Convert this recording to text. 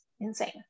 insane